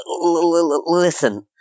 Listen